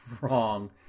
wrong